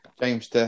James